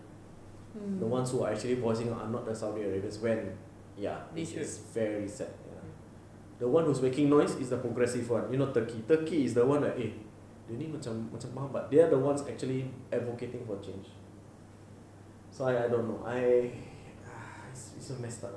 the ones who are actually voicing out are not the saudi arabians when ya which is very sad the one who's making noise is the progressive one you know turkey turkey is the one that eh dia ini macam macam mahu but they are the ones actually advocating for change so I don't know I it's so messed up